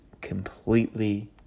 completely